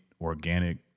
organic